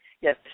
yes